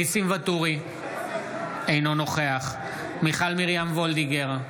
אינו נוכח מיכל מרים וולדיגר,